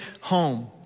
home